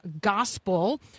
gospel